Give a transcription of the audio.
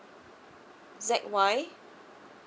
Z Y